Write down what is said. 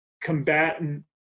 combatant